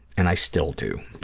and i still do.